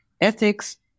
ethics